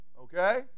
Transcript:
okay